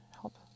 help